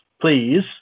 please